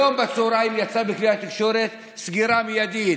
היום בצוהריים יצא בכלי התקשורת: סגירה מיידית,